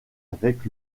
avec